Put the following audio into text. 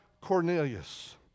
Cornelius